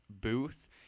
booth